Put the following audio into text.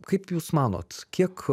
kaip jūs manot kiek